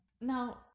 now